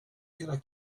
era